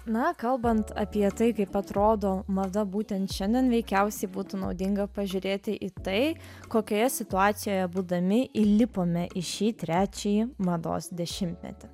na kalbant apie tai kaip atrodo mada būtent šiandien veikiausiai būtų naudinga pažiūrėti į tai kokioje situacijoje būdami įlipome į šį trečiąjį mados dešimtmetį